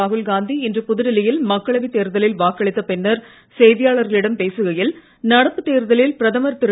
ராகுல் காந்தி இன்று புதுடில்லி யில் மக்களவைத் தேர்தலில் வாக்களித்த பின்னர் செய்தியாளர்களிடம் பேசுகையில் நடப்பு தேர்தலில் பிரதமர் திரு